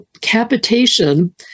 capitation